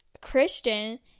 Christian